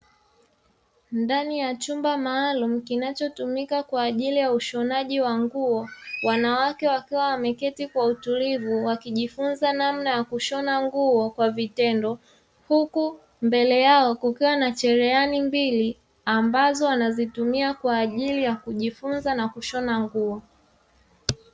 Ndani ya chumba maalumu kinachotumika kwa ajili ya ushonaji wa nguo, wanawake wakiwa wameketi kwa utulivu wakijifunza namna ya kushona nguo kwa vitendo. Huku mbele yao kukiwa na cherehani mbili ambazo wanazitumia kwa ajili ya kujifunza na kushona nguo.